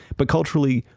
but culturally,